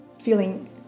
feeling